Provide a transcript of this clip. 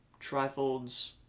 trifolds